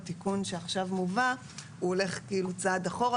התיקון שמובא עכשיו הולך צעד אחורה,